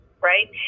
Right